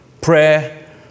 prayer